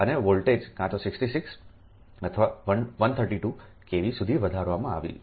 અને વોલ્ટેજ કાં તો 66 અથવા 132 kV સુધી વધારવામાં આવશે